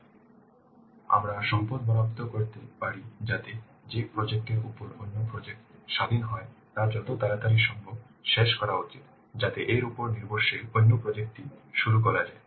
তদ্অনুযায়ী আমরা সম্পদ বরাদ্দ করতে পারি যাতে যে প্রজেক্ট এর উপর অন্য একটি প্রজেক্ট স্বাধীন হয় তা যত তাড়াতাড়ি সম্ভব শেষ করা উচিত যাতে এর উপর নির্ভরশীল অন্য প্রজেক্ট টি শুরু করা যায়